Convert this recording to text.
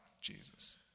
Jesus